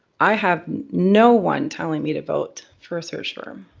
i have no one telling me to vote for a search firm.